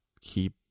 keep